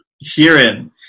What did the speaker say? herein